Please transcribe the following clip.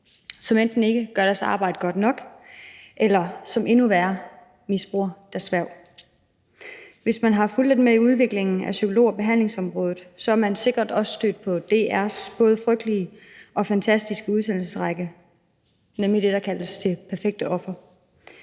som enten ikke gør deres arbejde godt nok, eller – hvilket er endnu værre – misbruger deres hverv. Hvis man har fulgt lidt med i udviklingen af psykolog- og behandlingsområdet, er man sikkert også stødt på DR's både frygtelige og fantastiske udsendelsesrække, nemlig den, der hedder »Det perfekte offer«.